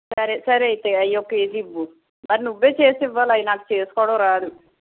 సరే సరే అయితే అవి ఒక కేజీ ఇవ్వు మరి నువ్వే చేసి ఇవ్వాలి నాకు అవి చేసుకోవడం రాదు